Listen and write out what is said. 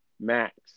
Max